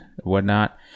whatnot